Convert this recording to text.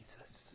Jesus